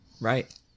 Right